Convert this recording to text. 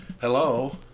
hello